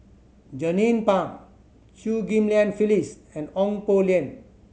Jernnine Pang Chew Ghim Lian Phyllis and Ong Poh Lim